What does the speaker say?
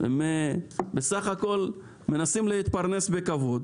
הם בסך הכול מנסים להתפרנס בכבוד.